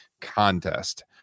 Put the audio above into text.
contest